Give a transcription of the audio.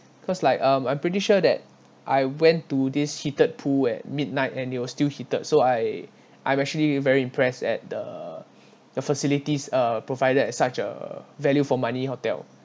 cause like um I'm pretty sure that I went to this heated pool at midnight and it was still heated so I I'm actually very impressed at the the facilities uh provided at such a value for money hotel